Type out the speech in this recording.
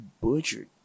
butchered